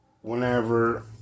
Whenever